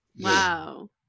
Wow